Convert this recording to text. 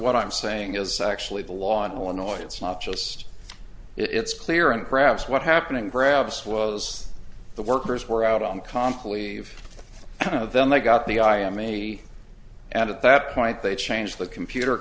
what i'm saying is actually the law in illinois it's not just it's clear and perhaps what happening grabs was the workers were out on constantly you know then they got the i am me and at that point they changed the computer